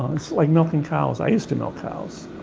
um it's like milking cows. i used to milk cows.